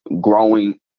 growing